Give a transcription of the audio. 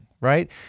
right